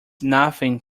nothing